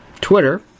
Twitter